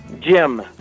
Jim